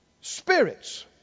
spirits